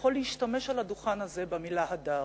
שיכול להשתמש על הדוכן הזה במלה "הדר".